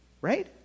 right